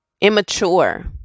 immature